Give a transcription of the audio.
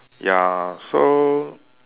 ya so